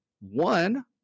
One